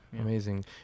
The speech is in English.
amazing